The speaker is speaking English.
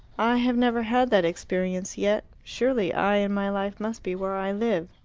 i have never had that experience yet. surely i and my life must be where i live.